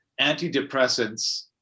antidepressants